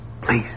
please